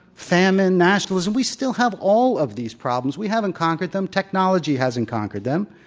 famine, nationalism. we still have all of these problems. we haven't conquered them. technology hasn't conquered them.